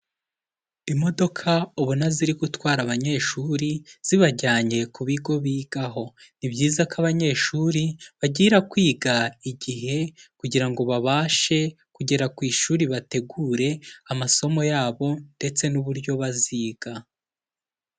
Imodoka ubona ziri gutwara abanyeshuri zibajyanye ku bigo bigaho, ni byiza ko abanyeshuri bagira kwiga igihe kugira ngo babashe kugera ku ishuri bategure amasomo yabo ndetse n'uburyo baziga.